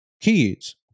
kids